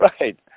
right